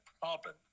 problem